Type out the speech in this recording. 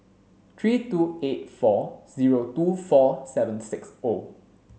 three two eight four zero two four seven six O